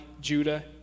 Judah